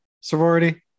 sorority